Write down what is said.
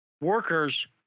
workers